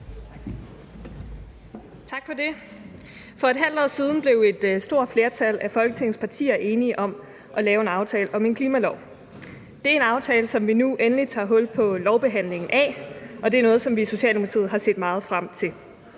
Tak for det. For et halvt år siden blev et stort flertal af Folketingets partier enige om at lave en aftale om en klimalov. Det er en aftale, som vi nu endelig tager hul på lovbehandlingen af, og det er noget, som vi i Socialdemokratiet har set meget frem til.